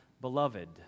beloved